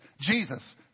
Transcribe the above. Jesus